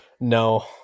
no